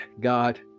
God